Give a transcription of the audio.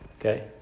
Okay